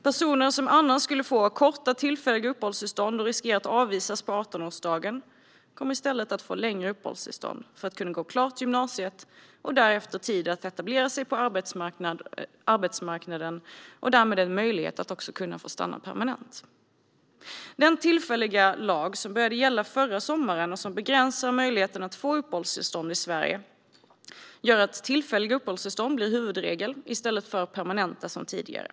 Personer som annars skulle få korta tillfälliga uppehållstillstånd och riskera att avvisas på 18årsdagen kommer i stället att få längre uppehållstillstånd för att kunna gå klart gymnasiet och därefter tid att etablera sig på arbetsmarknaden. Därmed får de en möjlighet att kunna stanna permanent. Den tillfälliga lag som började gälla förra sommaren och som begränsar möjligheten att få uppehållstillstånd i Sverige gör att huvudregeln blir tillfälliga uppehållstillstånd i stället för permanenta som tidigare.